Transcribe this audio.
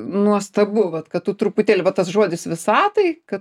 nuostabu vat kad tu truputėlį va tas žodis visatai kad